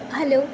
hello